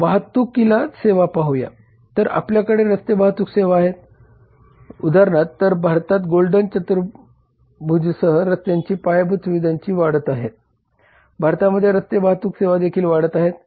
मग वाहतुकीला सेवा पाहूया तर आपल्याकडे रस्ते वाहतूक सेवा आहेत उदाहरणार्थ तर भारतात गोल्डन चतुर्भुजसह रस्त्यांची पायाभूत सुविधांच्या वाढत आहे भारतामध्ये रस्ते वाहतूक सेवा देखील वाढत आहेत